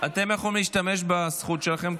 אתם יכולים להשתמש בזכות שלכם,